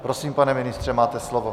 Prosím, pane ministře, máte slovo.